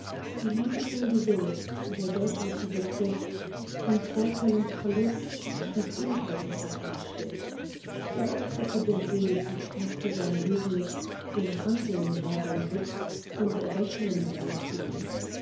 die liebe zum gewinst der deutliche begriff von vorteil und verlust trieb inklen auf ein schiff er opferte der see die kräfte seiner jugend denn handeln war sein witz und rechnen seine tugend